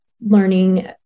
learning